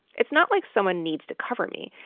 it's not like someone needs to cover me.